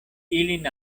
ilin